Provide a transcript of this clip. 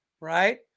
right